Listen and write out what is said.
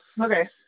Okay